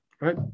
Right